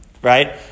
Right